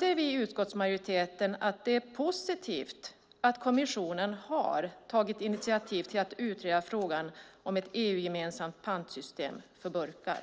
Vi i utskottsmajoriteten anser att det är positivt att kommissionen har tagit initiativ till att utreda frågan om ett EU-gemensamt pantsystem för burkar.